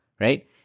right